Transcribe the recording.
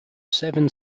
seven